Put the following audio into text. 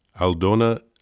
Aldona